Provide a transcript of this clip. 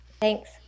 Thanks